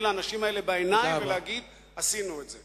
לאנשים האלה בעיניים ולהגיד: עשינו את זה.